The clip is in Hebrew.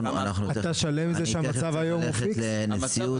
--- אתה שלם עם זה שהמצב היום הוא פיקס בניתוחים?